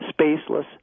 spaceless